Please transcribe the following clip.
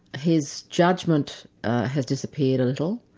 his judgment has disappeared a little.